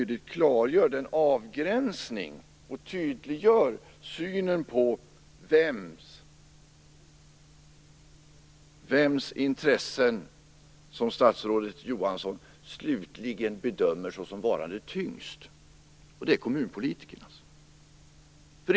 Det klargör också en avgränsning och det tydliggör vems intressen som statsrådet Johansson slutligen bedömer såsom vägande tyngst, och det är kommunpolitikernas.